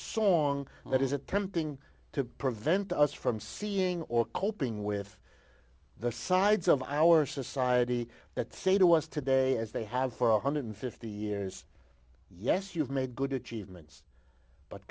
song that is attempting to prevent us from seeing or coping with the sides of our society that say to us today as they have four hundred and fifty years yes you've made